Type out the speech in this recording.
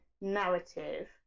narrative